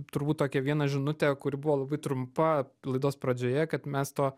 turbūt tokią vieną žinutę kuri buvo labai trumpa laidos pradžioje kad mes to